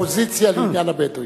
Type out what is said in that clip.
לאופוזיציה לעניין הבדואים.